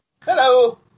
Hello